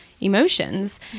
emotions